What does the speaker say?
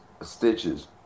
Stitches